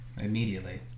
immediately